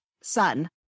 son